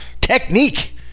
technique